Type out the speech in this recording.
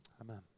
amen